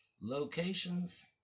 locations